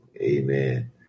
amen